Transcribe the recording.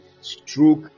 stroke